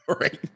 right